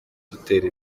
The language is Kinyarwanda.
dutera